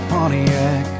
Pontiac